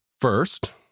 first